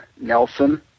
Nelson